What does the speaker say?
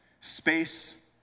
space